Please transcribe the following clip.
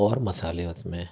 और मसाले उस में